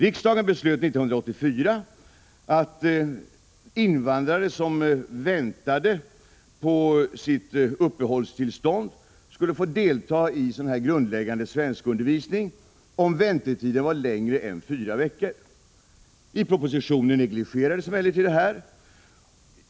Riksdagen beslöt 1984 att invandrare som väntade på uppehållstillstånd skulle få delta i grundläggande svenskundervisning om väntetiden var längre än fyra veckor. I propositionen negligeras detta.